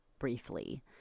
briefly